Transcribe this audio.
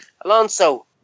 Alonso